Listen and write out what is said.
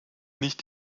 nicht